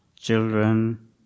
children